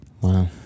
Wow